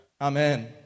Amen